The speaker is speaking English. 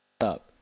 up